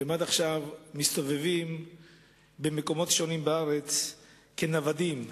עד עכשיו הם מסתובבים במקומות שונים בארץ כנוודים,